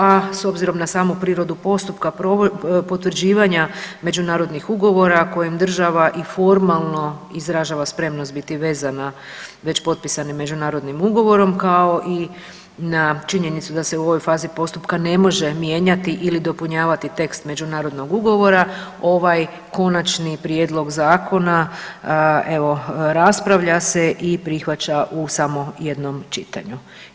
A s obzirom na samu prirodnu postupka potvrđivanja međunarodnih ugovora kojim država i formalno izražava spremnost biti vezana već potpisanim međunarodnim ugovorom kao i na činjenicu da se u ovoj fazi postupka ne može mijenjati ili dopunjavati tekst međunarodnog ugovora ovaj konačni prijedlog zakona evo raspravlja se i prihvaća u samo jednom čitanju.